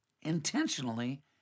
intentionally